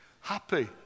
happy